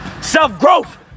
Self-growth